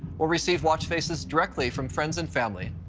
or receive watch faces directly from friends and family.